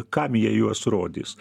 kam jie juos rodys